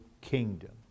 kingdom